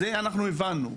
את זה אנחנו הבנו,